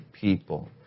people